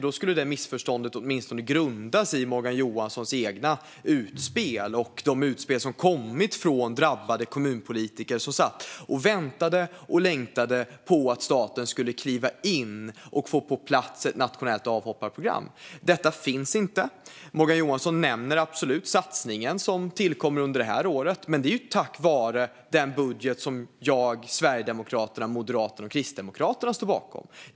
Då grundas ju missförståndet i Morgan Johanssons egna utspel och de utspel som kommit från drabbade kommunpolitiker som väntat och längtat efter att staten skulle kliva in och få på plats ett nationellt avhopparprogram. Detta finns inte. Morgan Johansson nämner den satsning som tillkommer under det här året, men det är ju tack vare den budget som jag, Sverigedemokraterna, Moderaterna och Kristdemokraterna står bakom.